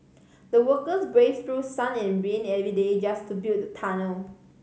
the workers braved through sun and rain every day just to build the tunnel